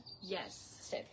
yes